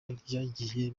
byagiye